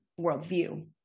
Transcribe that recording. worldview